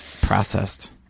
Processed